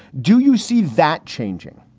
do you see that changing?